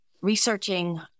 researching